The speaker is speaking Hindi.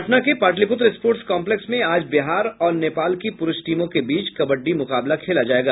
पटना के पाटलिपुत्र स्पोर्टस कॉम्पलेक्स में आज बिहार और नेपाल की पुरूष टीमों के बीच कबड्डी मुकाबला खेला जायेगा